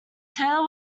taylor